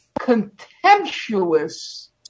contemptuous